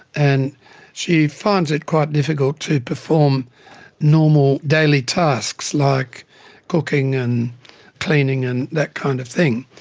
and she finds it quite difficult to perform normal daily tasks like cooking and cleaning and that kind of thing.